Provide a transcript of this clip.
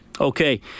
Okay